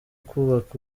kubaka